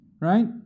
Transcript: Right